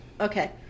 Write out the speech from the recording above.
Okay